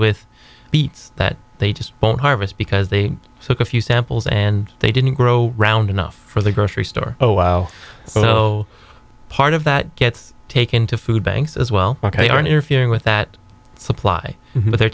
with beets that they just harvest because they took a few samples and they didn't grow round enough for the grocery store oh wow so part of that gets taken to food banks as well ok on interfering with that supply but they're